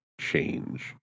change